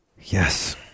yes